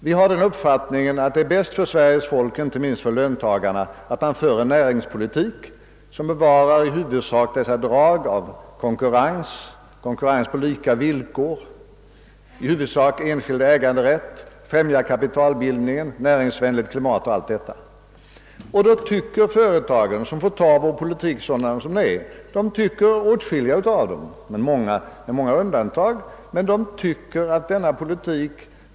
Vi har den uppfattningen att det är bäst för Sveriges folk, inte minst för löntagarna att vårt land för en näringspolitik som i huvudsak bevarar konkorrens på lika villkor och enskild äganderätt, främjar kapitalbildningen, skapar ett näringsvänligt klimat o.s.v. Det tycker företagen, som får ta vår politik sådan den är, är att föredra framför det socialdemokratiska partiets politik.